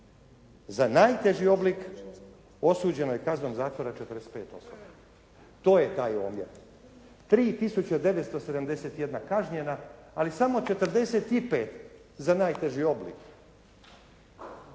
za najteži oblik osuđeno je kaznom zatvora 45 osoba. To je taj omjer. 3 tisuće 971 kažnjena ali samo 45 za najteži oblik,